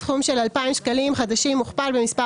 סכום של 2,000 שקלים חדשים מוכפל במספר